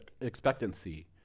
expectancy